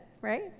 right